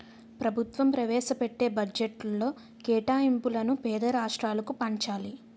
ప్రభుత్వం ప్రవేశపెట్టే బడ్జెట్లో కేటాయింపులను పేద రాష్ట్రాలకు పంచాలి